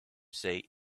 say